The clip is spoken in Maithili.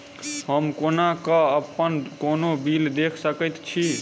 हम कोना कऽ अप्पन कोनो बिल देख सकैत छी?